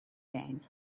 gain